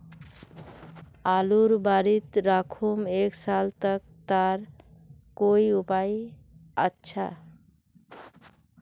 आलूर बारित राखुम एक साल तक तार कोई उपाय अच्छा?